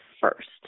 first